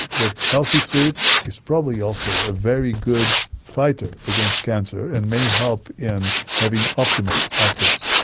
that healthy sleep is probably also a very good fighter against cancer and may help in having optimal outcomes.